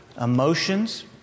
emotions